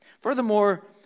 Furthermore